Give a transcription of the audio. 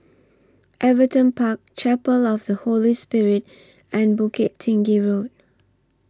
Everton Park Chapel of The Holy Spirit and Bukit Tinggi Road